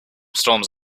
storms